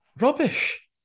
rubbish